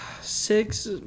six